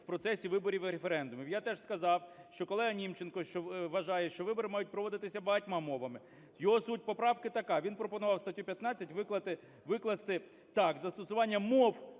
в процесі виборів і референдумів". Я теж сказав, що колега Німченко вважає, що вибори мають проводитися багатьма мовами. Його суть поправки така. Він пропонував статтю 15 викласти так: "Застосування мов